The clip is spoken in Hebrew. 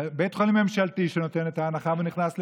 בית חולים ממשלתי שנותן את ההנחה ונכנס לגירעון,